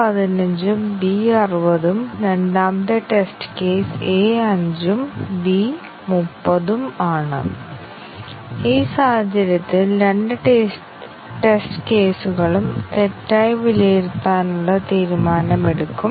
അല്ലെങ്കിൽ നിങ്ങൾ white box testing നടത്തുന്നില്ലെങ്കിൽ ബ്ലാക്ക് ബോക്സ് ടെസ്റ്റിംഗ് മാത്രം ചെയ്യുക ബ്ലാക്ക് ബോക്സ് ടെസ്റ്റിംഗിന് ഇത്തരത്തിലുള്ള പ്രശ്നങ്ങൾ കണ്ടെത്താൻ കഴിയില്ല ഞാൻ ഉദാഹരണങ്ങൾ നൽകണം